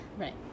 Right